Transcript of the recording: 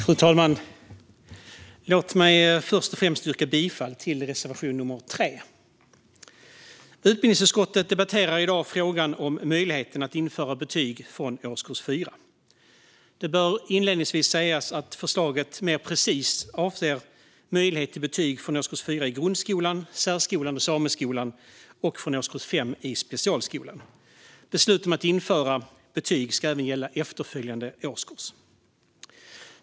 Fru talman! Låt mig först och främst yrka bifall till reservation nummer 3. Utbildningsutskottet debatterar i dag frågan om möjligheten att införa betyg från årskurs 4. Det bör inledningsvis sägas att förslaget mer precist avser möjlighet till betyg från årskurs 4 i grundskolan, särskolan och sameskolan och från årskurs 5 i specialskolan. Beslut om att införa betyg ska även gälla efterföljande årskurs.